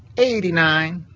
eighty nine,